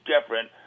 different